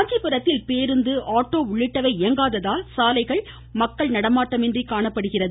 காஞ்சிபுரத்தில் பேருந்து ஆட்டோ உள்ளிட்டவை இயங்காததால் சாலைகள் மக்கள் நடமாட்டமின்றி காணப்பட்டது